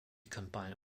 combined